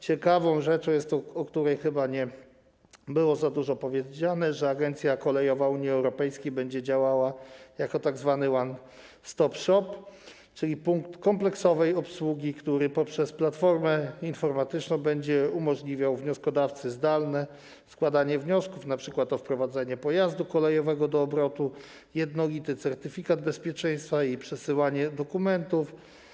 Ciekawą rzeczą, o której chyba nie było za dużo powiedziane, jest to, że Agencja Kolejowa Unii Europejskiej będzie działała jako tzw. one-stop shop, czyli punkt kompleksowej obsługi, który poprzez platformę informatyczną będzie umożliwiał wnioskodawcy zdalne składanie wniosków, np. o wprowadzenie pojazdu kolejowego do obrotu, o wydanie jednolitego certyfikatu bezpieczeństwa i przesyłanie dokumentów.